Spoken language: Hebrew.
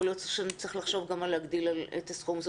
להיות שצריך לחשוב גם על להגדיל את הסכום,